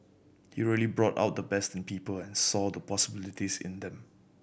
he really brought out the best in people and saw the possibilities in them